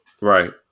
right